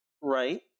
right